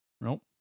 Nope